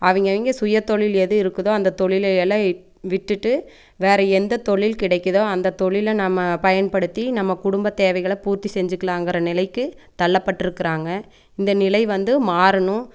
அவங்கவிங்க சுய தொழில் எது இருக்குதோ அந்த தொழிலையெல்லாம் விட்டுட்டு வேற எந்த தொழில் கிடைக்குதோ அந்த தொழிலை நம்ம பயன்படுத்தி நம்ம குடும்ப தேவைகளை பூர்த்தி செஞ்சிக்கலாங்கிற நிலைக்கு தள்ளப்பட்டிருக்குறாங்க இந்த நிலை வந்து மாறணும்